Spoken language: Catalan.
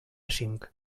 cinc